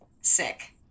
sick